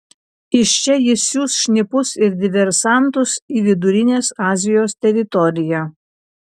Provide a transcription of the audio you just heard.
iš čia jis siųs šnipus ir diversantus į vidurinės azijos teritoriją